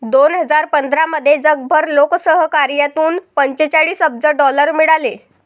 दोन हजार पंधरामध्ये जगभर लोकसहकार्यातून पंचेचाळीस अब्ज डॉलर मिळाले